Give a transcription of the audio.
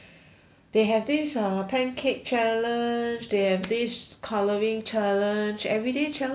they have this uh pancake challenge they have this colouring challenge everyday challenge lah